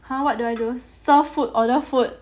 !huh! what do I do serve food order food